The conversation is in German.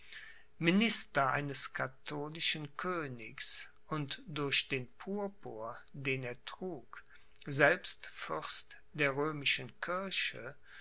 minister eines katholischen königs und durch den purpur den er trug selbst fürst der römischen kirche